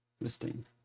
listing